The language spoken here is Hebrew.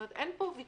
אין פה ויכוח.